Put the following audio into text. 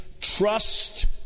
trust